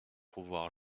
pouvoir